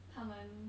他们